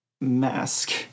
mask